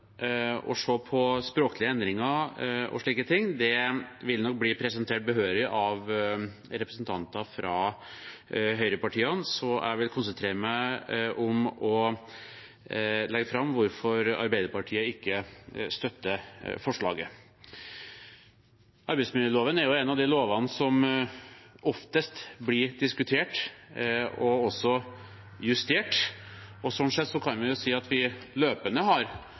å nedsette et utvalg som skal gjennomgå hele loven og se på språklige endringer og slike ting, vil nok bli behørig presentert av representanter fra høyrepartiene. Jeg vil konsentrere meg om å legge fram hvorfor Arbeiderpartiet ikke støtter forslaget. Arbeidsmiljøloven er en av de lovene som oftest blir diskutert og også justert. Slik sett kan vi si at vi løpende har